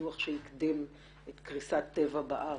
הדוח שהקדים את קריסת "טבע" בארץ,